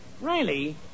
Riley